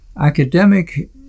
academic